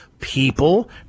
people